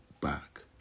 back